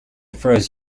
first